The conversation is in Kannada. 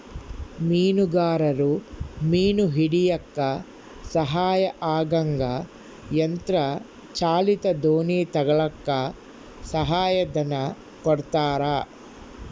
ಮೀನುಗಾರರು ಮೀನು ಹಿಡಿಯಕ್ಕ ಸಹಾಯ ಆಗಂಗ ಯಂತ್ರ ಚಾಲಿತ ದೋಣಿ ತಗಳಕ್ಕ ಸಹಾಯ ಧನ ಕೊಡ್ತಾರ